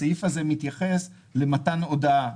הסעיף הזה מתייחס למתן הודעה.